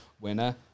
winner